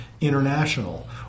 international